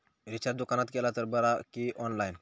Recharge दुकानात केला तर बरा की ऑनलाइन?